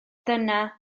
dyna